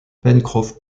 pencroff